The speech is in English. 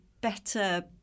better